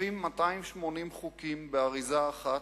עוטפים 280 חוקים באריזה אחת,